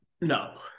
no